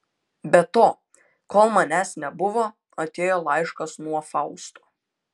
be to kol manęs nebuvo atėjo laiškas nuo fausto